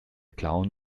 clown